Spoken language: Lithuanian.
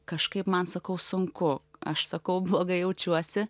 kažkaip man sakau sunku aš sakau blogai jaučiuosi